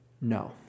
No